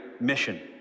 mission